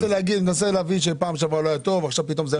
אתה רוצה להגיד שבפעם שעברה לא היה טוב ועכשיו זה כן טוב?